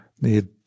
need